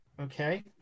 Okay